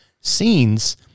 scenes